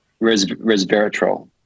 Resveratrol